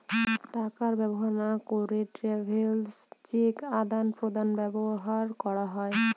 টাকা ব্যবহার না করে ট্রাভেলার্স চেক আদান প্রদানে ব্যবহার করা হয়